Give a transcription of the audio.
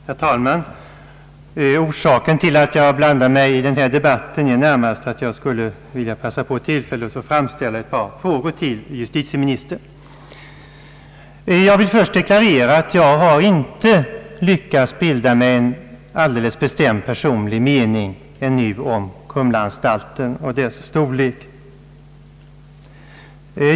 Herr talman! Orsaken till att jag blandar mig i den här debatten är närmast, att jag skulle vilja passa på tillfället att framställa ett par frågor till justitieministern. Först vill jag deklarera, att jag ännu inte lyckats bilda mig en alldeles bestämd personlig mening om Kumlaanstalten och dess storlek.